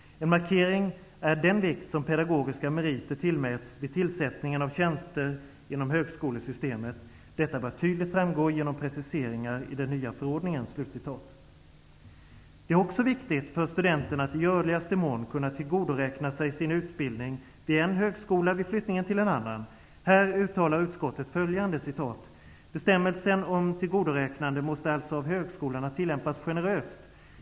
En markering är den vikt som pedagogiska meriter tillmäts vid tillsättning av tjänster inom högskolesystemet. Detta bör tydligt framgå genom preciseringar i den nya förordningen.'' Det är också viktigt för studenten att i görligaste mån kunna tillgodoräkna sig sin utbildning vid en högskola vid flyttning till en annan. Här uttalar utskottet följande: ''Bestämmelsen om tillgodoräknande måste alltså av högskolorna tillämpas generöst.